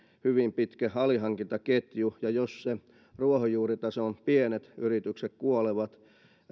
hyvin pitkä alihankintaketju niin jos ne ruohonjuuritason pienet yritykset kuolevat